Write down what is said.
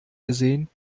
gesehen